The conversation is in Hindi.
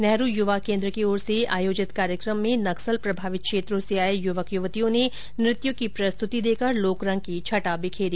नेहरु युवा केन्द्र की ओर से आयोजित कार्यक्रम में नक्सल प्रभावित क्षेत्रों से आये युवक युवतियों ने नृत्यों की प्रस्तुति देकर लोकरंग की छटा बिखेरी